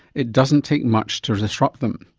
it doesn't take much to disrupt them.